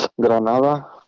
Granada